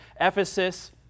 Ephesus